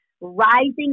rising